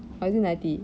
or is it ninety